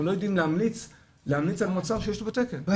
לא יודעים להמליץ על מוצר שיש לנו בתקן.